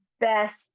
best